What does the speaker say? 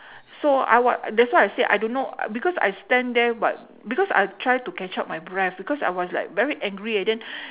so I what that's why I said I don't know because I stand there but because I tried to catch up my breathe because I was like very angry and then